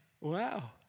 wow